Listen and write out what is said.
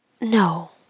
No